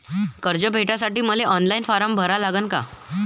कर्ज भेटासाठी मले ऑफलाईन फारम भरा लागन का?